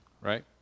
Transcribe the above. right